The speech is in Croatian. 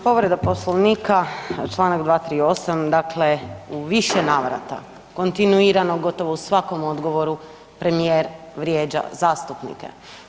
Povreda Poslovnika čl. 238, dakle u više navrata, kontinuirano gotovo u svakom odgovoru premijer vrijeđa zastupnike.